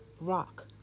rock